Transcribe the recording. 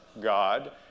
God